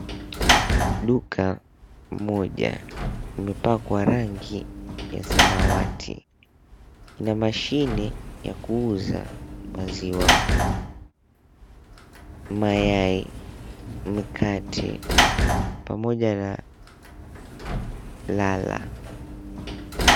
Duka moja limepakwa rangi ya samawati na mashini ya kuuza maziwa, mayai, mkate, pamoja na lala.